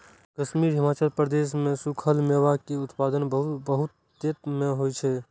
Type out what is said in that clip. कश्मीर, हिमाचल प्रदेश मे सूखल मेवा के उत्पादन बहुतायत मे होइ छै